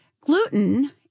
Gluten